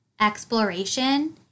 exploration